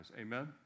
Amen